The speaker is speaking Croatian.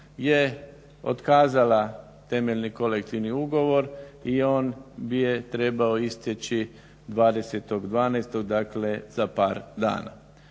je otkazala temeljni kolektivni ugovor i on bi trebao isteći 20.12. dakle za par dana.